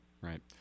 right